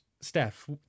Steph